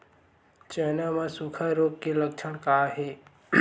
चना म सुखा रोग के लक्षण का हे?